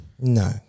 No